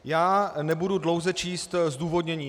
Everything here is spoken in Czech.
Já nebudu dlouze číst zdůvodnění.